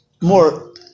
more